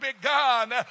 begun